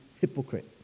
hypocrite